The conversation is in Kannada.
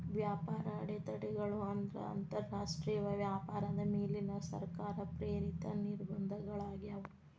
ವ್ಯಾಪಾರ ಅಡೆತಡೆಗಳು ಅಂದ್ರ ಅಂತರಾಷ್ಟ್ರೇಯ ವ್ಯಾಪಾರದ ಮೇಲಿನ ಸರ್ಕಾರ ಪ್ರೇರಿತ ನಿರ್ಬಂಧಗಳಾಗ್ಯಾವ